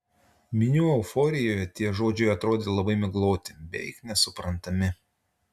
minių euforijoje tie žodžiai atrodė labai migloti beveik nesuprantami